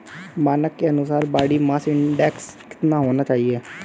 मानक के अनुसार बॉडी मास इंडेक्स कितना होना चाहिए?